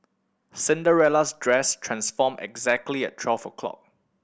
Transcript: Cinderella's dress transformed exactly at twelve o'clock